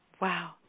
Wow